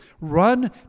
Run